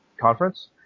conference